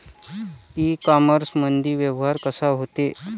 इ कामर्समंदी व्यवहार कसा होते?